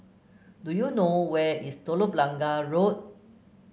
do you know where is Telok Blangah Road